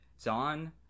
zon